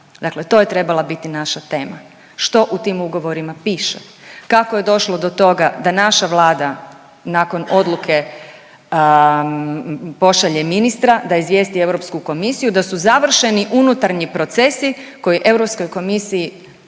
Dakle to je trebala biti naša tema. Što u tim ugovorima piše? Kako je došlo do toga da naša Vlada nakon odluke pošalje ministra da izvijesti Europsku komisiju da su završeni unutarnji procesi koji Europskoj komisiji